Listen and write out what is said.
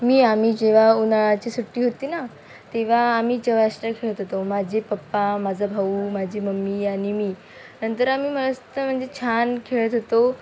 मी आम्ही जेव्हा उन्हाळ्याची सुट्टी होती ना तेव्हा आम्ही खेळत होतो माझे पप्पा माझा भाऊ माझी मम्मी आणि मी नंतर आम्ही मस्त म्हणजे छान खेळत होतो